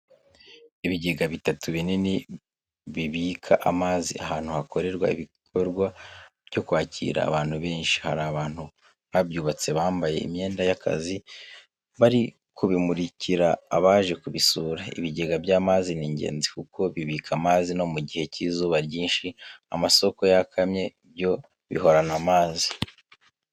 Ibigega bitatu binini bibika amazi ahantu hakorerwa ibikorwa byo kwakira abantu benshi, hari abantu babyubatse bambaye imyenda y'akazi, bari kubimurikira abaje kubisura. Ibigega by'amazi ni ingenzi kuko bibika amazi no mugihe cy'izuba ryinshi amasoko yakamye byo bihorana amazi.